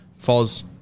Foz